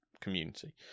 community